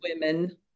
women